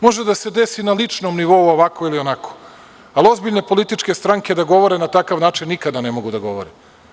Može da se desi na ličnom nivou ovako ili onako, ali ozbiljne političke stranke da govore na takav način nikada ne mogu da govore.